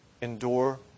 endure